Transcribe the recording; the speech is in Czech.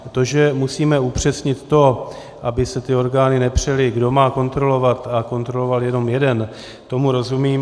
To, že musíme upřesnit to, aby se ty orgány nepřely, kdo má kontrolovat, a kontroloval jenom jeden, tomu rozumím.